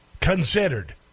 considered